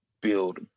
build